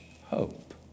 hope